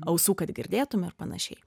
ausų kad girdėtume ir panašiai